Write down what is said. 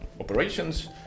operations